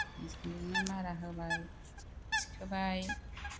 मेचिनजोंनो मारा होबाय थिखोबाय